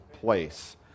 place